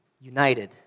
united